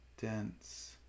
dense